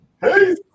Hey